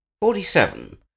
Forty-seven